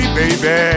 baby